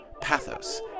Pathos